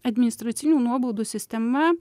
administracinių nuobaudų sistema